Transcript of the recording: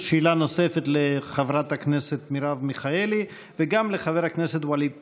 שאלה נוספת לחברת הכנסת מרב מיכאלי וגם לחבר הכנסת ווליד טאהא.